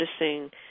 noticing